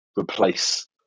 replace